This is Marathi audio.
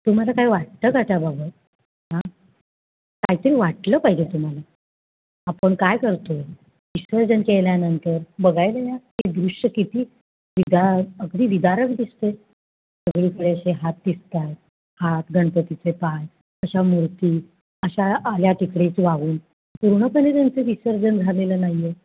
तुम्हाला काय वाटतं का त्या बाबत हां कायतरी वाटलं पाहिजे तुम्हाला आपण काय करतो आहे विसर्जन केल्यानंतर बघायला या ते दृश्य किती विदार अगदी विदारक दिसत आहे सगळीकडे असे हात दिसत आहेत हात गणपतीचे पाय अशा मूर्ती अशा आल्या आहेत इकडे वाहून पूर्णपणे त्यांचं विसर्जन झालेलं नाही आहे